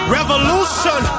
Revolution